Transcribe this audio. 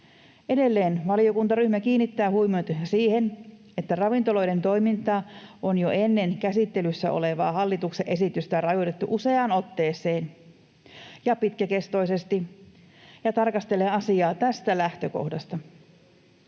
Edelleen valiokuntaryhmä kiinnittää huomiota siihen, että ravintoloiden toimintaa on jo ennen käsittelyssä olevaa hallituksen esitystä rajoitettu useaan otteeseen ja pitkäkestoisesti, ja tarkastelee asiaa tästä lähtökohdasta.